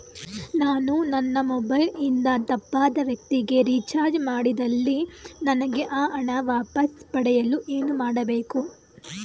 ನಾನು ನನ್ನ ಮೊಬೈಲ್ ಇಂದ ತಪ್ಪಾದ ವ್ಯಕ್ತಿಗೆ ರಿಚಾರ್ಜ್ ಮಾಡಿದಲ್ಲಿ ನನಗೆ ಆ ಹಣ ವಾಪಸ್ ಪಡೆಯಲು ಏನು ಮಾಡಬೇಕು?